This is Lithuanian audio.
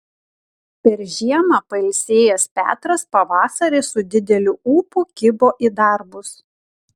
per žiemą pailsėjęs petras pavasarį su dideliu ūpu kibo į darbus